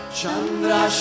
Chandra